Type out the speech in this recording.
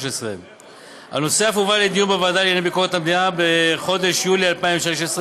2013. הנושא אף הובא לדיון בוועדה לענייני ביקורת המדינה בחודש יולי 2016,